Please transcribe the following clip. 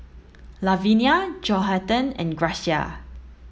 Lavinia Johathan and Gracia